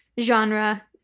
genre